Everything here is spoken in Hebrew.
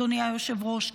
אדוני היושב-ראש,